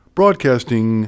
Broadcasting